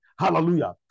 Hallelujah